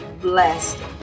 blessed